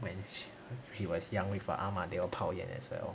when she was young with her 阿嬷 they all 炮眼 as well